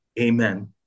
Amen